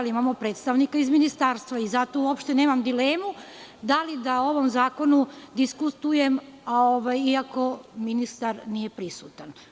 Imamo predstavnika iz ministarstva i zato uopšte nemam dilemu da li da o ovom zakonu diskutujem iako ministar nije prisutan.